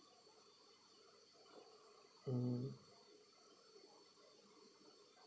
mm